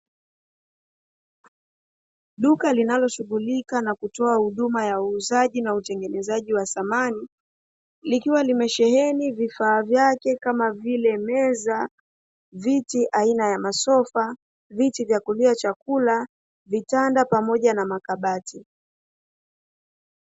Duka linalo shughulika na utengenezaji na uuzaji wa bidhaa za samani, likiwa limesheheni vifaa vyake kama vile meza viti aina ya masofa viti vya kulia chakula vitanda pamoja na makabati.